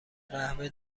قهوه